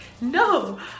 no